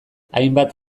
hainbat